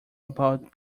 about